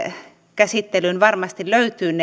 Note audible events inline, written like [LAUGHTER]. käsittelyyn varmasti löytyvät [UNINTELLIGIBLE]